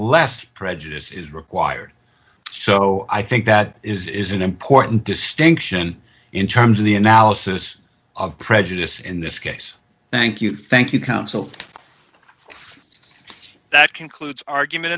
less prejudice is required so i think that is an important distinction in terms of the analysis of prejudice in this case thank you thank you counsel that concludes argument